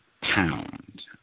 pound